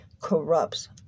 Corrupts